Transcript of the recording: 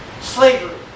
Slavery